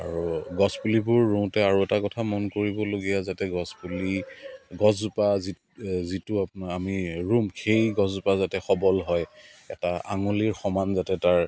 আৰু গছপুলিবোৰ ৰুওঁতে আৰু এটা কথা মন কৰিবলগীয়া যাতে গছপুলি গছজোপা যিটো আপোনাৰ আমি ৰুম সেই গছজোপা যাতে সৱল হয় এটা আঙুলিৰ সমান যাতে তাৰ